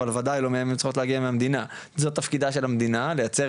אבל בוודאי שהן צריכות להגיע מהמדינה וזאת תפקידה של המדינה לייצר